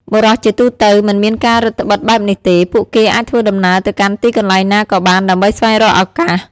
បុរសជាទូទៅមិនមានការរឹតត្បិតបែបនេះទេ ពួកគេអាចធ្វើដំណើរទៅកាន់ទីកន្លែងណាក៏បានដើម្បីស្វែងរកឱកាស។